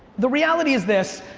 the reality is this.